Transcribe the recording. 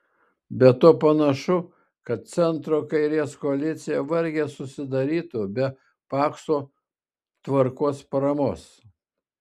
be to panašu kad centro kairės koalicija vargiai susidarytų be pakso tvarkos paramos